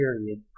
period